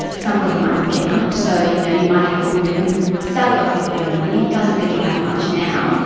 somebody might not get much. so you know, you might have a woman who started off with a bit of money, doesn't really have much now,